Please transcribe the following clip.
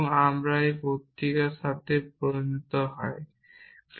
এবং আপনি এই প্রক্রিয়ার সাথে পরিচিত হন